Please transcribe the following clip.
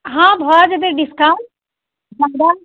हँ भऽ जेतै डिस्काउंट मतलब